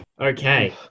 okay